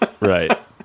right